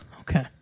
Okay